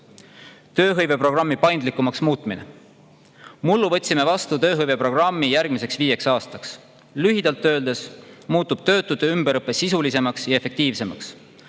Tööhõiveprogrammi paindlikumaks muutmine. Mullu võtsime vastu tööhõiveprogrammi järgmiseks viieks aastaks. Lühidalt öeldes muutub töötute ümberõpe sisulisemaks ja efektiivsemaks.